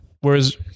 whereas